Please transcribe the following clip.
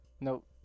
nope